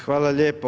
Hvala lijepo.